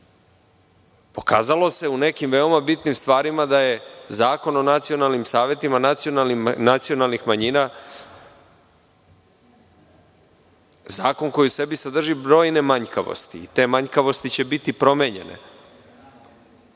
Pokazalo se u nekim veoma bitnim stvarima da je Zakon o nacionalnim savetima nacionalnih manjina zakon koji u sebi sadrži brojne manjkavosti. Te manjkavosti će biti promenjene.